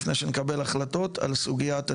לפני שנקבל החלטות על סוגיית הדיור.